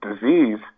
disease